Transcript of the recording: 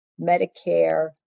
Medicare